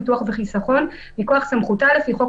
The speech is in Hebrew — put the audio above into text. ביטוח וחיסכון מכוח סמכותה לפי חוק